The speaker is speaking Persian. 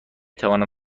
توانم